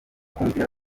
kumvira